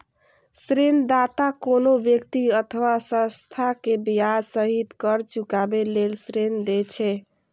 ऋणदाता कोनो व्यक्ति अथवा संस्था कें ब्याज सहित कर्ज चुकाबै लेल ऋण दै छै